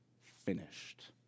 finished